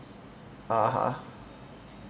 (uh huh)